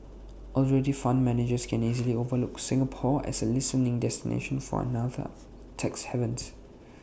already fund managers can easily overlook Singapore as A listening destination for another tax havens